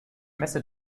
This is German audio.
messe